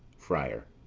friar.